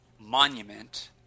Monument